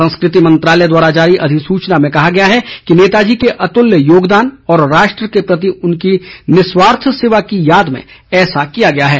संस्कृति मंत्रालय द्वारा जारी अधिसूचना में कहा गया है कि नेताजी के अतुल्य योगदान और राष्ट्र के प्रति उनकी निस्वार्थ सेवा की याद में ऐसा किया गया है